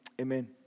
Amen